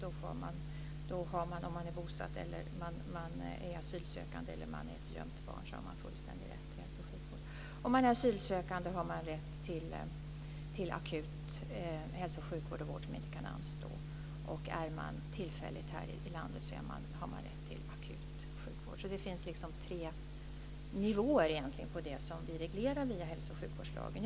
Vare sig det är fråga om bosatta, asylsökande eller gömda barn har de fullständig rätt till hälso och sjukvård. Om man är asylsökande har man rätt till akut hälso och sjukvård och vård som inte kan anstå. Är man tillfälligt här i landet har man rätt till akut sjukvård. Det finns liksom tre nivåer i det som vi reglerar via hälso och sjukvårdslagen.